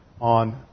On